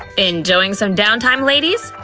enjoying some down time, ladies?